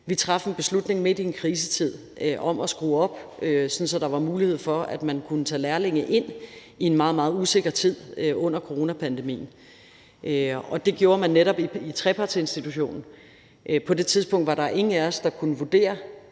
Vi traf en beslutning midt i en krisetid om at skrue op, sådan at der var mulighed for, at man kunne tage lærlinge ind i en meget, meget usikker tid under coronapandemien, og det gjorde man netop i trepartsinstitutionen. På det tidspunkt var der ingen af os, der kunne vurdere